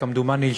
כמדומני,